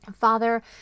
Father